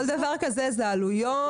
כל דבר כזה, אלה עלויות.